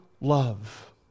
love